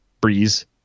Breeze